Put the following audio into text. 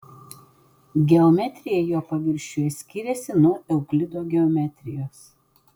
geometrija jo paviršiuje skiriasi nuo euklido geometrijos